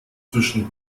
zwischen